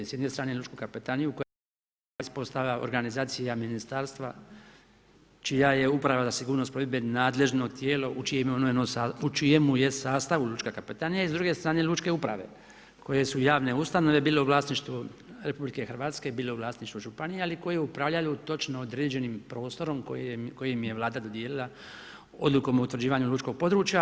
S jedne strane lučku kapetaniju, koja je područna ispostava organizacija ministarstva čija je uprava da sigurnost provedbeno nadležno tijelo u čijemu je sastavu lučka kapetanija, s druge strane lučke uprave, koje su javne ustanove, bile u vlasništvu RH, bilo u vlasništvu županija, ali koje upravljaju točno određenim prostorom, koji im je Vlada dodijelila odlukom utvrđivanja lučkog područja.